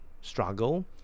struggle